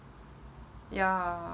ya